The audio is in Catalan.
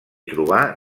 trobà